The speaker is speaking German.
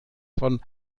von